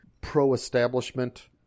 pro-establishment